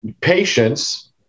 patience